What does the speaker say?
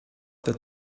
that